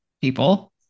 people